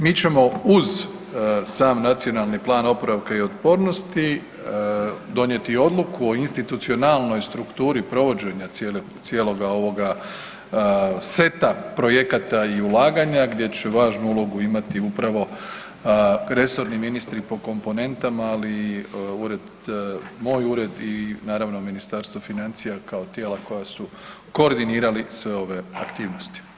Mi ćemo uz sam Nacionalni plan oporavka i otpornosti donijeti i odluku o institucionalnoj strukturi provođenja cijeloga ovoga seta projekata i ulaganja gdje će važnu ulogu imati upravo resorni ministri po komponentama, ali i ured, moj ured i naravno Ministarstvo financija kao tijela koja su koordinirali sve ove aktivnosti.